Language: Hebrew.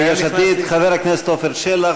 חבר הכנסת עפר שלח,